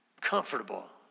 comfortable